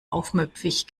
aufmüpfig